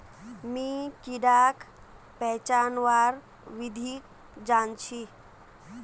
मी कीडाक पहचानवार विधिक जन छी